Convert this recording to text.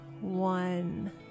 one